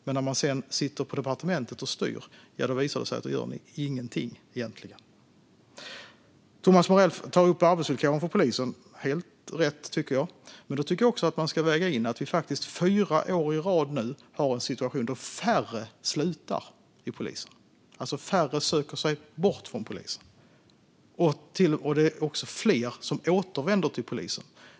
Men när ni sedan sitter på departementet och styr, ja, då visar det sig att då gör ni ingenting. Thomas Morell tar upp arbetsvillkoren för polisen. Det är helt rätt, tycker jag. Men jag tycker också att man ska väga in att vi nu för fjärde året i rad har en situation där färre slutar på polisen, alltså att färre söker sig bort från polisen. Det är också fler som återvänder till polisen.